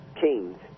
kings